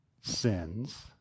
sins